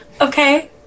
Okay